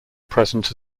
present